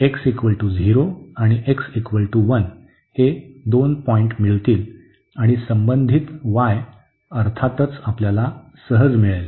तर आपल्याला x 0 आणि x 1 हे दोन पॉईंट मिळतील आणि संबंधित y अर्थातच आपल्याला सहज मिळेल